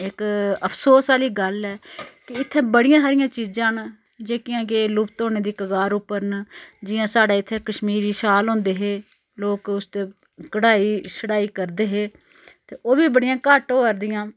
इक अफसोस आह्ली गल्ल ऐ कि इत्थैं बड़ियां हारियां चीजां न जेह्कियां के लुप्त होने दी कगार उप्पर न जियां साढ़ै इत्थै कश्मीरी शाल होंदे हे लोक उसदे उप्पर कढ़ाई छढ़ाई करदे हे ते ओह् बी बड़ियां घट्ट होआ दियां